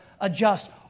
adjust